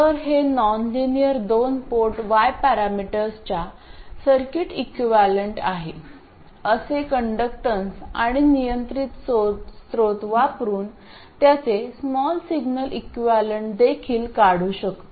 तर हे नॉनलिनियर दोन पोर्ट y पॅरामीटर्सच्या सर्किट इक्विवलेंट आहे असे कण्डक्टन्स आणि नियंत्रण स्त्रोत वापरुन त्याचे स्मॉल सिग्नल इक्विवलेंटदेखील काढू शकतो